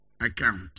account